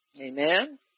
Amen